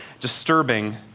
disturbing